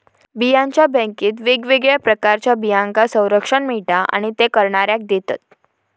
बियांच्या बॅन्केत वेगवेगळ्या प्रकारच्या बियांका संरक्षण मिळता आणि ते करणाऱ्याक देतत